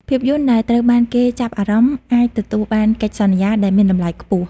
ភាពយន្តដែលត្រូវបានគេចាប់អារម្មណ៍អាចទទួលបានកិច្ចសន្យាដែលមានតម្លៃខ្ពស់។